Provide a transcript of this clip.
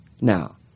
Now